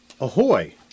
Ahoy